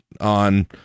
on